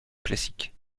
classique